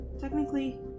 Technically